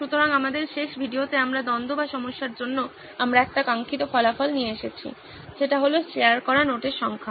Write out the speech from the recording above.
সুতরাং আমাদের শেষ ভিডিওতে আমরা দ্বন্দ্ব বা সমস্যার জন্য আমরা একটি কাঙ্ক্ষিত ফলাফল নিয়ে এসেছি যেটি হলো শেয়ার করা নোটের সংখ্যা